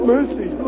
Mercy